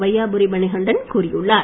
வையாபுரி மணிகண்டன் கூறியுள்ளார்